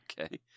Okay